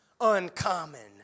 uncommon